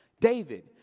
David